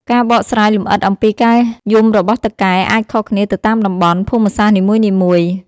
ការបកស្រាយលម្អិតអំពីការយំរបស់តុកែអាច ខុសគ្នាទៅតាមតំបន់ ភូមិសាស្ត្រនីមួយៗ។